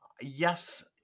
yes